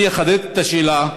אני אחדד את השאלה: